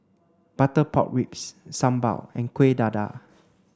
butter pork ribs Sambal and Kuih Dadar